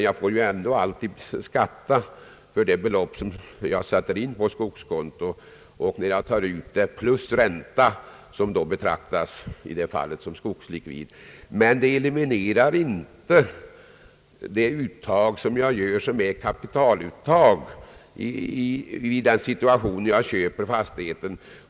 Jag får ändå alltid skatta för det belopp som jag satt in på skogskonto, nämligen vid uttaget. Jag får också skatta för räntan, som i detta fall betraktas som skogslikvid. Men det uttag som jag gör ur skogen är kapitaluttag vid den tidpunkt då jag köper fastigheten.